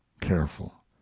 careful